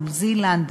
ניו-זילנד,